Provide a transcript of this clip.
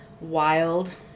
wild